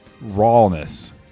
rawness